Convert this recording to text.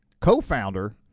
Co-founder